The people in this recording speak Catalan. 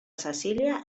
cecília